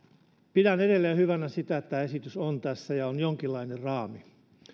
pidän edelleen hyvänä sitä että tämä esitys on tässä ja että on jonkinlainen raami